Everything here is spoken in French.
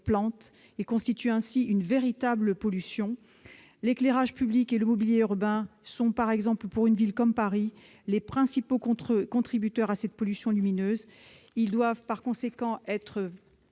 constitue ainsi une véritable pollution. L'éclairage public et le mobilier urbain éclairé sont, par exemple dans une ville comme Paris, les principaux contributeurs à cette pollution lumineuse. Ils doivent par conséquent être